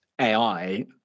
AI